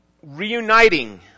Reuniting